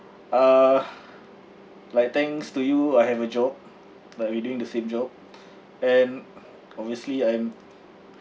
uh like thanks to you I have a job like we doing the same job and obviously I'm